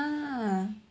uh